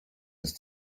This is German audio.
ist